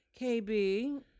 KB